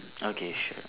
okay sure